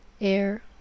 air